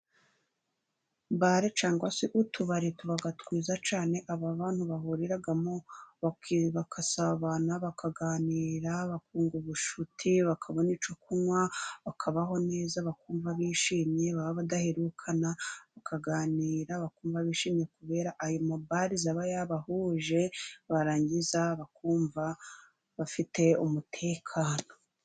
Bare cyangwa se utubari tuba twiza cyane, aho bantu bahuriramo bagasabana, bakaganira, bakunga ubucuti, bakabona icyo kunywa, bakabaho neza, bakumva bishimye. Baba badaherukana bakaganira, bakumva bishimye kubera ayo mabare aba yabahuje barangiza bakumva bafite umutekano.